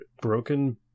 broken